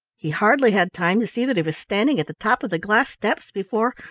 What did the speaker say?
he hardly had time to see that he was standing at the top of the glass steps, before